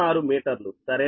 0406 మీటర్లు సరేనా